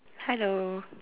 hello